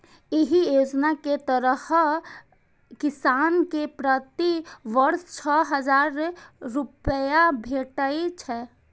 एहि योजना के तहत किसान कें प्रति वर्ष छह हजार रुपैया भेटै छै